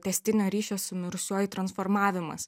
tęstinio ryšio su mirusiuoju transformavimas